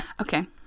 Okay